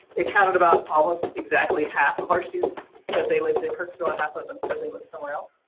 it counted about almost exactly half of our students that they lived in kirk. so, and half of them said they live somewhere else.